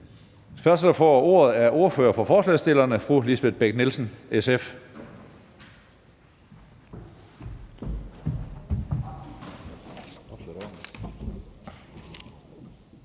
første, der får ordet, er ordføreren for forslagsstillerne, fru Lisbeth Bech-Nielsen, SF,